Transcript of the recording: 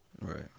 Right